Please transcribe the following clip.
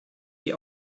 die